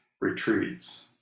retreats